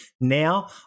Now